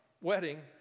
wedding